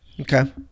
Okay